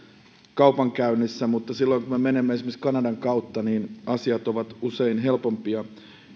mutta silloin kun me menemme esimerkiksi kanadan kautta niin asiat ovat usein helpompia